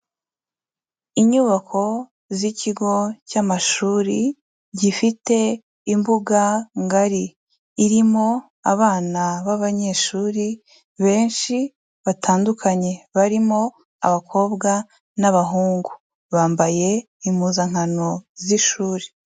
Inyubako z'ikigo cy'amashuri gifite imbuga ngari, irimo abana b'abanyeshuri benshi batandukanye, barimo abakobwa n'abahungu. Bambaye impuzankano z'ishuri.